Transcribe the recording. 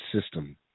system